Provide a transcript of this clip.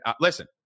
listen